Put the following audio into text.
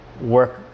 work